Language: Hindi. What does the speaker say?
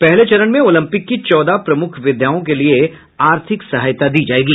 पहले चरण में ओलम्पिक की चौदह प्रमुख विधाओं के लिए आर्थिक सहायता दी जाएगी